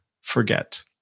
forget